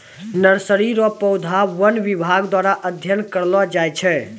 nursery रो पौधा वन विभाग द्वारा अध्ययन करलो जाय छै